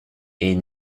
est